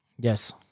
Yes